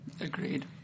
Agreed